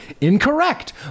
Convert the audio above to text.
incorrect